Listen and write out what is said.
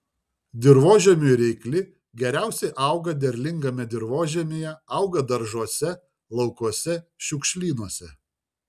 dirvožemiui reikli geriausiai auga derlingame dirvožemyje auga daržuose laukuose šiukšlynuose